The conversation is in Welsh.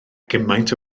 gymaint